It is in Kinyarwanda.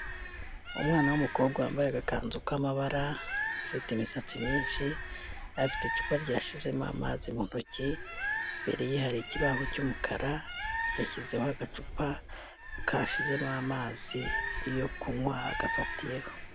Umwana w'umukobwa wambaye agakanzu k'amabara ufite imisatsi myinshi, afite icupa ryashizemo amazi mu ntoki, imbere ye hari ikibaho cy'umukara yashyizeho agacupa kashizemo amazi yo kunywa agafatiyeho.